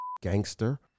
gangster